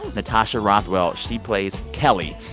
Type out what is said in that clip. natasha rothwell. she plays kelly,